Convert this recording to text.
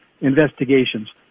investigations